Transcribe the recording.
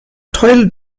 toilet